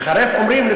לחרף אומרים?